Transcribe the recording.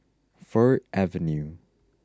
Fir Avenue